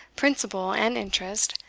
principal and interest,